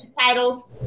titles